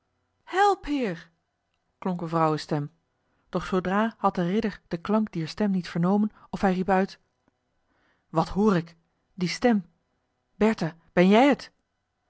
help heer klonk eene vrouwenstem doch zoodra had de ridder den klank dier stem niet vernomen of hij riep uit wat hoor ik die stem bertha ben jij het